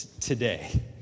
today